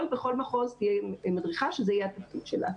בכל מחוז תהיה מדריכה שזה יהיה התפקיד שלה.